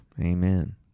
Amen